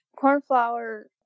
Cornflower